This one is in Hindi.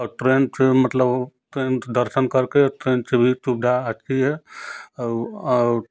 और ट्रेन से मतलब ट्रेन दर्शन कर के ट्रेन से भी सुविधा अच्छी है औ और